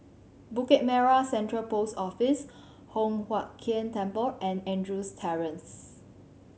Bukit Merah Central Post Office Hock Huat Keng Temple and Andrews Terrace